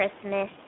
Christmas